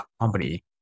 company